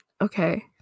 Okay